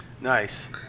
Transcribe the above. Nice